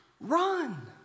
Run